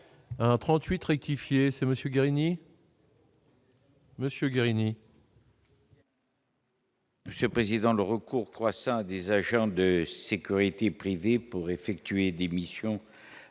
1 38 rectifier c'est Monsieur Guérini. Monsieur Guérini. Je président le recours croissant à des agents de sécurité privés pour effectuer des missions